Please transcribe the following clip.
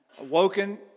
awoken